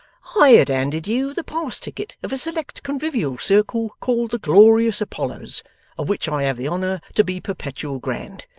i had handed you the pass-ticket of a select convivial circle called the glorious apollers of which i have the honour to be perpetual grand.